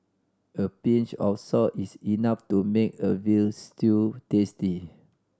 a pinch of salt is enough to make a veal stew tasty